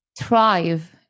thrive